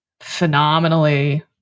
phenomenally